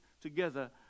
together